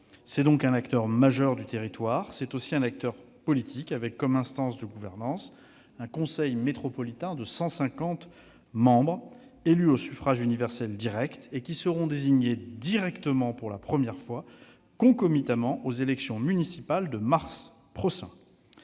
Cet acteur majeur du territoire est aussi un acteur politique, avec pour instance de gouvernance un conseil métropolitain de 150 membres, élus au suffrage universel direct : ils seront désignés, pour la première fois, concomitamment aux élections municipales de mars prochain.